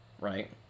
right